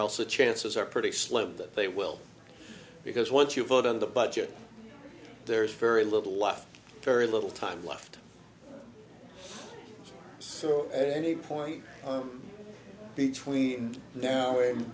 else the chances are pretty slim that they will because once you vote on the budget there's very little left very little time left so any point between now and